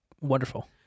Wonderful